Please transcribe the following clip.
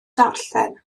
darllen